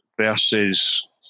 versus